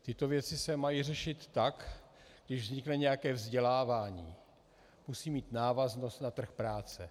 Tyto věci se mají řešit tak, že když vznikne nějaké vzdělávání, musí mít návaznost na trh práce.